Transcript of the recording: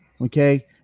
Okay